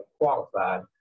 qualified